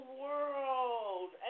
world